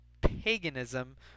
Paganism